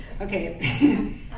Okay